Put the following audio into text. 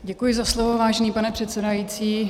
Děkuji za slovo, vážený pane předsedající.